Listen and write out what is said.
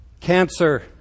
Cancer